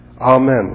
Amen